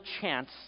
chance